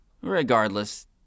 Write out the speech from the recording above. Regardless